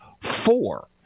four